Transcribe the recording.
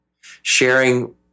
sharing